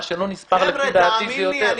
מה שלא נספר, לפי דעתי, זה יותר.